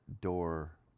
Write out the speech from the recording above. door